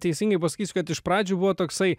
teisingai pasakysiu kad iš pradžių buvo toksai